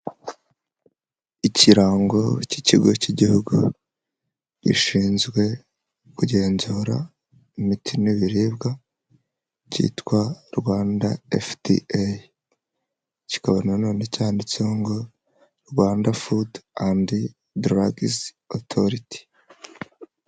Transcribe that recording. Ikirango k'ikigo k'igihugu gishinzwe kugenzura imiti n'ibiribwa cyitwa Rwanda efudi eyi, kikaba nanone cyanditseho ngo Rwanda fudu andi duragizi otoriti.